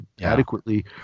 adequately